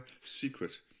secret